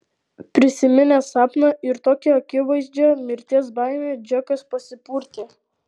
prisiminęs sapną ir tokią akivaizdžią mirties baimę džekas pasipurtė